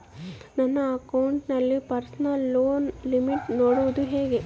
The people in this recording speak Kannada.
ನನ್ನ ಅಕೌಂಟಿನಲ್ಲಿ ಪರ್ಸನಲ್ ಲೋನ್ ಲಿಮಿಟ್ ನೋಡದು ಹೆಂಗೆ?